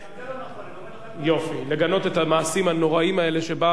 לגנות את המעשים הנוראיים האלה שבהם שורפים את המדינה הציונית.